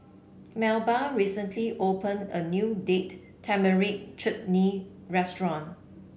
Melba recently opened a new Date Tamarind Chutney Restaurant